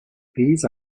these